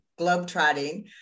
globetrotting